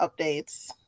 updates